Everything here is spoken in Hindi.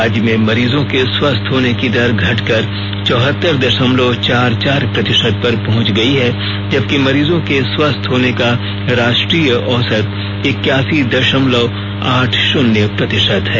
राज्य में मरीजों के स्वस्थ होने की दर घटकर चौहत्तर दशमलव चार चार प्रतिशत पर पहुंच गई है जबकि मरीजो के स्वस्थ होने का राष्ट्रीय औसत इक्यासी दशमलव आठ शून्य प्रतिशत है